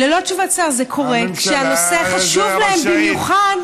ללא תשובת שר, זה קורה כשהנושא חשוב להם במיוחד.